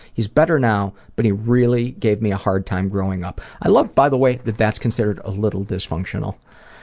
he's better now, but he really gave me a hard time growing up. i love, by the way, that that's considered a little dysfunctional.